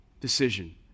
decision